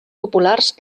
populars